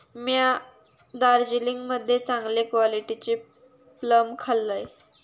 म्या दार्जिलिंग मध्ये चांगले क्वालिटीचे प्लम खाल्लंय